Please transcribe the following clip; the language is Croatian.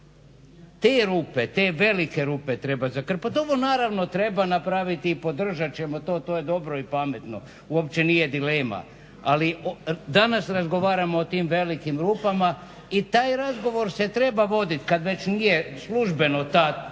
Te rupe, te velike rupe treba zakrpat, ovo naravno treba napraviti i podržat ćemo to, to je dobro i pametno, uopće nije dilema. Ali danas razgovaramo o tim velikim rupama i taj razgovor se treba vodit, kad već nije službeno ta tema